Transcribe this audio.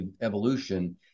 evolution